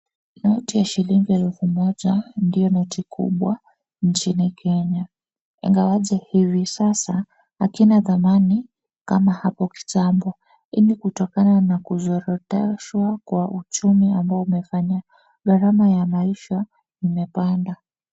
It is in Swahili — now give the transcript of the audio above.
Noti ya shilingi 1000 ndio noti kubwa nchini Kenya. Ingawaje hivi sasa hakina thamani kama hapo kitambo, hii ni kutokana na kuzoroteshwa kwa uchumi ambao umefanya gharama ya maisha imepanda.